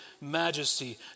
majesty